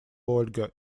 ольга